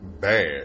bad